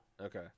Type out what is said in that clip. Okay